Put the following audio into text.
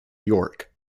york